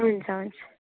हुन्छ हुन्छ